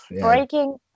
Breaking